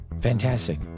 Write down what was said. Fantastic